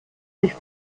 sich